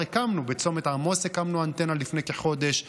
כבר הקמנו: בצומת עמוס הקמנו אנטנה לפני כחודש,